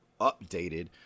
updated